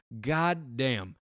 goddamn